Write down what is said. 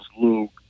Luke